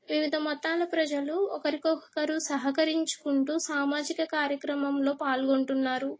వివిధ మతాల ప్రజలు ఒకరికొకరు సహకరించుకుంటూ సామాజిక కార్యక్రమంలో పాల్గొంటున్నారు